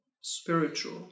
spiritual